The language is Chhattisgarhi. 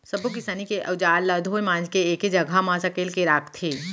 सब्बो किसानी के अउजार ल धोए मांज के एके जघा म सकेल के राखथे